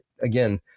Again